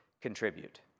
contribute